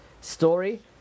story